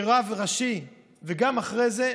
כרב ראשי וגם אחרי זה,